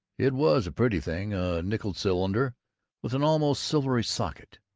it was a pretty thing, a nickeled cylinder with an almost silvery socket,